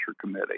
Committee